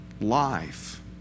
Life